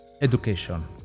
education